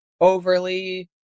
overly